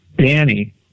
Danny